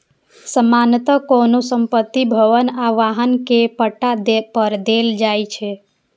सामान्यतः कोनो संपत्ति, भवन आ वाहन कें पट्टा पर देल जाइ छै